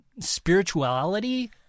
Spirituality